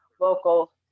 local